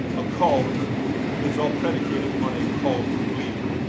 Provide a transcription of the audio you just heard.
a cult is all predicated on a cult leader.